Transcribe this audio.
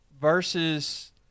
versus